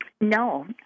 No